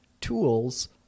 tools